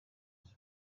ese